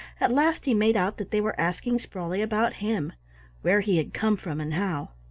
at last he made out that they were asking sprawley about him where he had come from, and how.